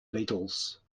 beatles